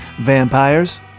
Vampires